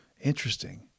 Interesting